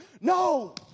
No